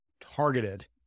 targeted